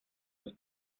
sus